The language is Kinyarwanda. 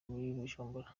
bujumbura